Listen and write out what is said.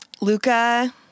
Luca